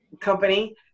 Company